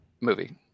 Movie